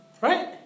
Right